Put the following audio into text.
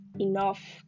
enough